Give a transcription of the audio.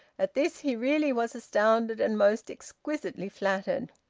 at this he really was astounded, and most exquisitely flattered.